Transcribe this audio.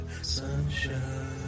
Sunshine